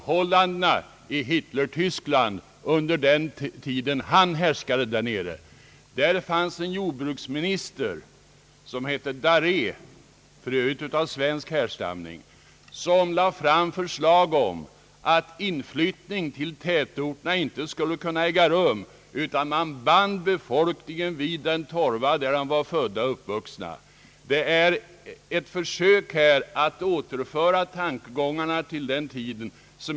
Herr talman!